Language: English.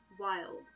wild